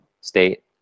State